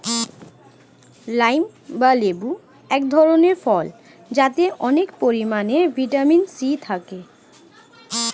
lime বা লেবু এক ধরনের ফল যাতে অনেক পরিমাণে ভিটামিন সি থাকে